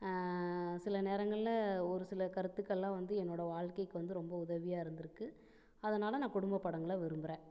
சில நேரங்களில் ஒரு சில கருத்துக்கள்லாம் வந்து என்னோட வாழ்க்கைக்கு வந்து ரொம்ப உதவியாக இருந்துருக்கு அதனால் நான் குடும்ப படங்களை விரும்புகிறேன்